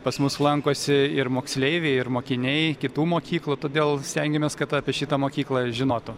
pas mus lankosi ir moksleiviai ir mokiniai kitų mokyklų todėl stengiamės kad apie šitą mokyklą žinotų